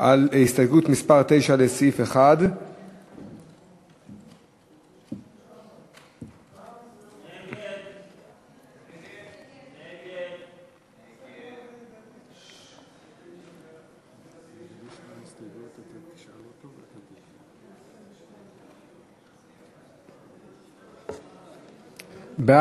על הסתייגות מס' 9 לסעיף 1. ההסתייגות (9) של קבוצת